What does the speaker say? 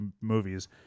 movies